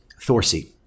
Thorsey